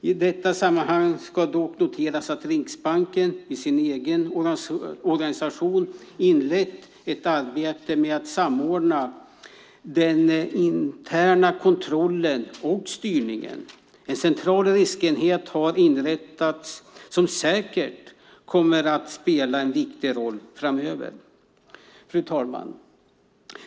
I detta sammanhang ska dock noteras att Riksbanken i sin egen organisation inlett ett arbete med att samordna den interna kontrollen och styrningen. En central riskenhet har inrättats som säkert kommer att spela en viktig roll framöver. Fru talman!